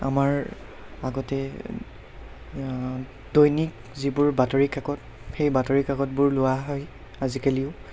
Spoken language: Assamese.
আমাৰ আগতে দৈনিক যিবোৰ বাতৰিকাকত সেই বাতৰিকাকতবোৰ লোৱা হয় আজিকালিও